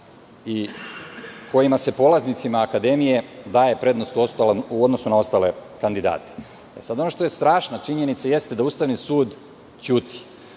i kojima se polaznicima akademije daje prednost u odnosu na ostale kandidate. Ono što je strašna činjenica jeste da Ustavni sud ćuti.